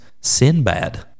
Sinbad